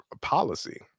policy